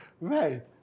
right